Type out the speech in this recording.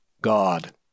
God